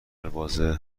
بازه